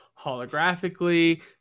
holographically